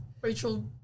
Rachel